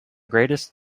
greatest